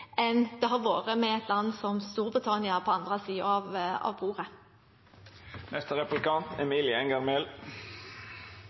enn det har vært med et land som Storbritannia på andre siden av